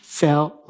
felt